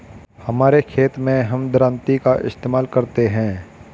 हमारे खेत मैं हम दरांती का इस्तेमाल करते हैं